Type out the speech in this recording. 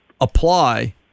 apply